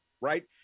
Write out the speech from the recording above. right